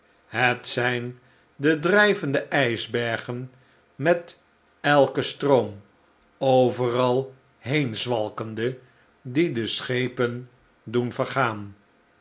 het zijn de drijvende ijsbergen met elken stroom overal heen zwalkende die de schepen doen vergaan